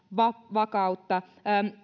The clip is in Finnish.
vakautta